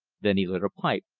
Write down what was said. then he lit a pipe,